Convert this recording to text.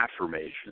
affirmation